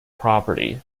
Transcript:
property